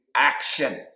Action